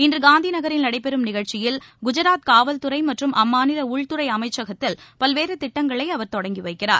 இன்று காந்தி நகரில் நடைபெறும் நிகழ்ச்சியில் குஜராத் காவல்துறை மற்றும் அம்மாநில உள்துறை அமைச்சகத்தில் பல்வேறு திட்டங்களை அவர் தொடங்கி வைக்கிறார்